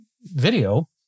video